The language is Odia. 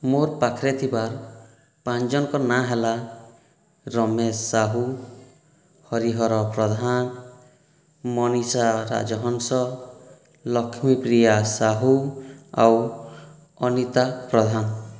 ମୋର୍ ପାଖରେ ଥିବା ପାଞ୍ଚ୍ ଜଣଙ୍କ ନାଁ ହେଲା ରମେଶ ସାହୁ ହରିହର ପ୍ରଧାନ ମନିଷା ରାଜହଂସ ଲକ୍ଷ୍ମୀପ୍ରିୟା ସାହୁ ଆଉ ଅନିତା ପ୍ରଧାନ